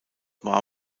war